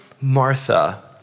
Martha